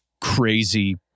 crazy